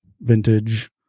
vintage